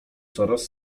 coraz